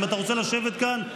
אם אתה רוצה לשבת כאן,